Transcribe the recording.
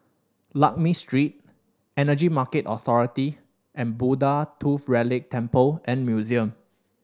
Lakme Street Energy Market Authority and Buddha Tooth Relic Temple and Museum